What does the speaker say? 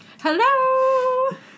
Hello